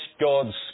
God's